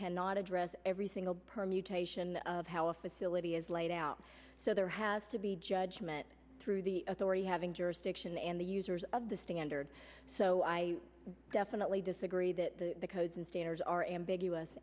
cannot address every single permutation of how a facility is laid out so there has to be judgment through the authority having jurisdiction and the users of the standard so i definitely disagree that the codes and standards are ambiguous